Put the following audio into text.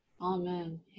Amen